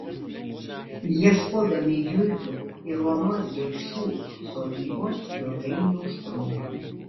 ieškodami jurgio ir onos gečų sodybos ilgai neužtrunkame